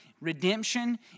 redemption